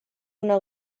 una